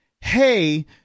Hey